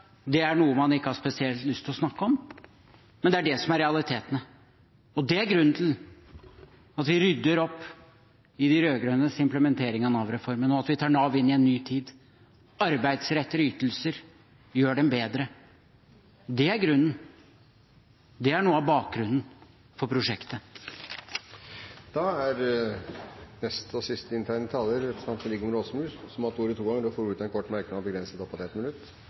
det er noe man ikke har spesielt lyst til å snakke om, men det er det som er realitetene. Det er grunnen til at vi rydder opp i de rød-grønnes implementering av Nav-reformen, og at vi tar Nav inn i en ny tid. Arbeidsrettede ytelser gjør dem bedre. Det er grunnen. Det er noe av bakgrunnen for prosjektet. Representanten Rigmor Aasrud har hatt ordet to ganger tidligere og får ordet til en kort merknad, begrenset til 1 minutt.